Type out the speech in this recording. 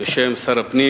בשם שר הפנים